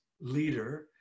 leader